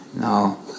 No